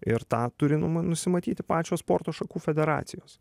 ir tą turi nusimatyti pačios sporto šakų federacijos